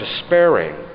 despairing